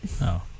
No